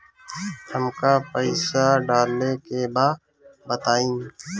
हमका पइसा डाले के बा बताई